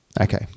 Okay